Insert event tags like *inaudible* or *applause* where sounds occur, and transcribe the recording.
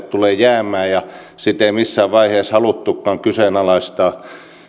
*unintelligible* tulevat jäämään ja sitä koulutusasiaa ei missään vaiheessa haluttukaan kyseenalaistaa